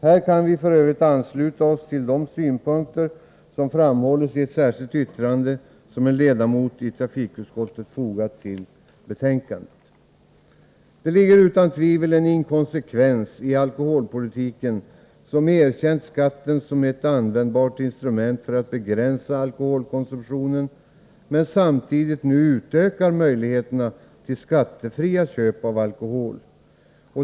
Här kan vi f. ö. ansluta oss till de synpunkter som framhålls i ett särskilt yttrande som en ledamot i trafikutskottet fogat till betänkandet. Det ligger utan tvivel en inkonsekvens i alkoholpolitiken, som erkänt skatten som ett användbart instrument för att begränsa alkoholkonsumtionen, men samtidigt nu utökar möjligheterna till skattefria köp av alkohol.